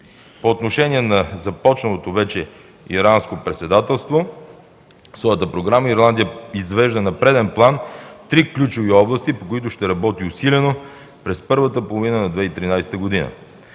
По отношение на започналото вече Ирландско председателство в своята програма Ирландия извежда на преден план три ключови области, по които ще работи усилено през първата половина на 2013 г.: